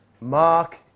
Mark